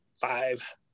five